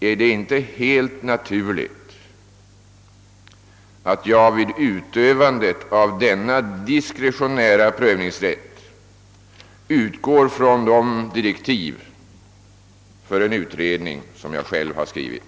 Är det då inte helt naturligt, att jag vid utövandet av denna diskretionära prövningsrätt utgår från de direktiv för en utredning som jag själv har skrivit?